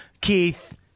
Keith